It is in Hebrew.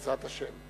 בעזרת השם.